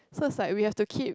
so it's like we have to keep